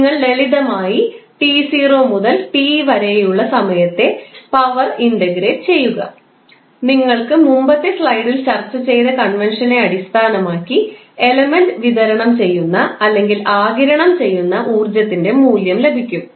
നിങ്ങൾ ലളിതമായി 𝑡0 മുതൽ 𝑡 വരെയുള്ള സമയത്തെ പവർ ഇൻററഗ്രേറ്റ് ചെയ്യുക നിങ്ങൾക്ക് മുമ്പത്തെ സ്ലൈഡിൽ ചർച്ച ചെയ്ത കൺവെൻഷനെ അടിസ്ഥാനമാക്കി എലമെൻറ് വിതരണം ചെയ്യുന്ന അല്ലെങ്കിൽ ആഗിരണം ചെയ്യുന്ന ഊർജ്ജത്തിൻറെ മൂല്യം ലഭിക്കും